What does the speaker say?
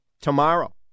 tomorrow